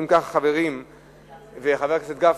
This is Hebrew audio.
חבר הכנסת גפני,